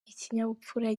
ikinyabupfura